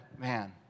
man